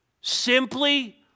Simply